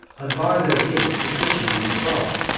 unbar their gates, and issue in a throng,